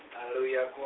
Hallelujah